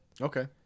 Okay